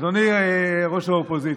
אדוני ראש האופוזיציה?